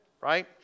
right